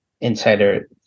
insider